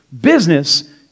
business